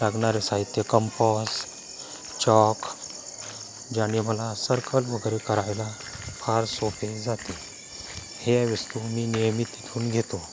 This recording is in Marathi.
लागणारे साहित्य कंपॉस चॉक ज्याने मला सर्कल वगैरे करायला फार सोपे जाते हे वस्तू मी नेहमी तिथून घेतो